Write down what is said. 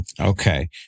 Okay